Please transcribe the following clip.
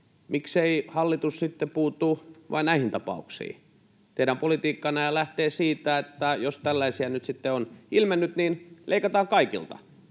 miksei hallitus sitten puutu vain näihin tapauksiin? Teidän politiikkannehan lähtee siitä, että jos tällaisia nyt sitten on ilmennyt, niin leikataan kaikilta.